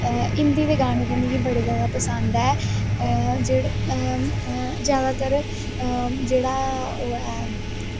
हिन्दी दे गाने मिगी बड़े पसंद ऐ जादातर जेह्ड़ा ओह् ऐ